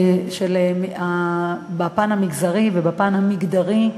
בפן המגזרי ובפן המגדרי.